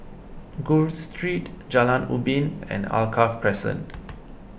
Gul Street Jalan Ubin and Alkaff Crescent